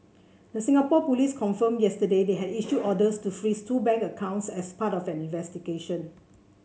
the Singapore police confirmed yesterday they had issued orders to freeze two bank accounts as part of an investigation